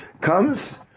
comes